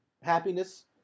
happiness